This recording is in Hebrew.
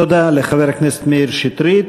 תודה לחבר הכנסת מאיר שטרית.